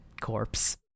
corpse